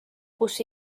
kus